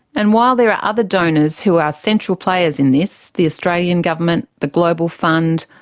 and while there are other donors who are central players in this the australian government, the global fund,